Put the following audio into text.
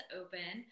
open